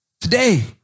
today